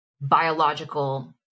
biological